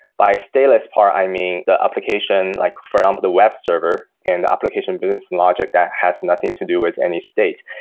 by stateless part, i mean the application like from um the web server and the application business logic that has nothing to do with any state,